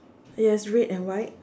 yes red and white